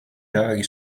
erabaki